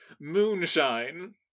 Moonshine